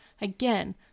Again